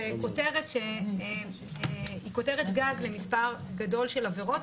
זו כותרת גג למספר גדול של עבירות,